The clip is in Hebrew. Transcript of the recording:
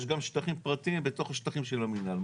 יש גם שטחים פרטיים בתוך השטחים של המנהל.